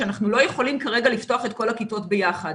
שאנחנו לא יכולים כרגע לפתוח את כל הכיתות ביחד.